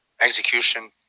execution